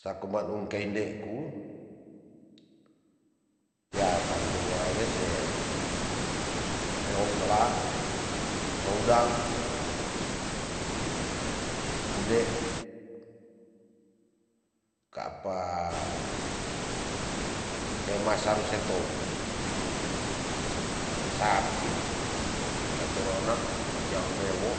Sa kuman unkeinde ku ya tantu mo ange se meong kala soudang, ude kapa sema saru se toyo se sapi satu ona saisya solewo.